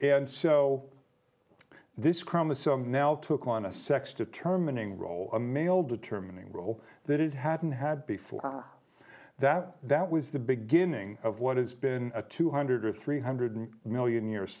and so this chromosome now took on a sex determining role a male determining role that it hadn't had before are that that was the beginning of what has been a two hundred or three hundred million year